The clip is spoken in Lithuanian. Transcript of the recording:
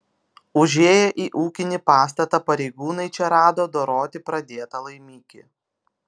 užėję į ūkinį pastatą pareigūnai čia rado doroti pradėtą laimikį